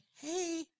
hey